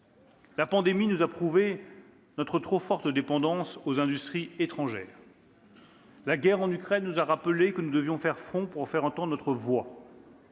La pandémie nous a prouvé notre trop forte dépendance à l'égard des industries étrangères. La guerre en Ukraine nous a rappelé que nous devions faire front pour faire entendre notre voix.